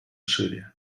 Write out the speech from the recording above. шире